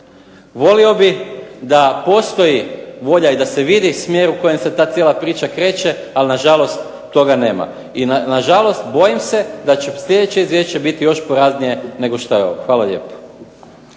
volio bih da postoji volja i da se vidi smjer u kojem se cijela ta priča kreće, ali na žalost toga nema. I na žalost bojim se da će sljedeće Izvješće biti još poraznije nego što je ovo. Hvala lijepa.